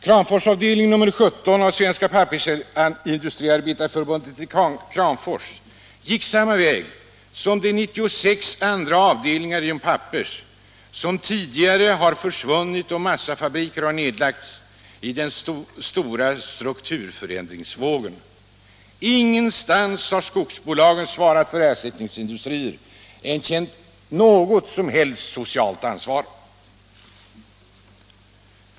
Kramforsavdelningen, nr 17 av Svenska pappersindustriarbetareförbundet, gick samma väg som de 96 andra avdelningarna inom Pappers, som tidigare har försvunnit då massafabriker har nedlagts i den stora strukturförändringsvågen. Ingenstans har skogsbolagen svarat för ersättningsindustrier eller känt något socialt ansvar.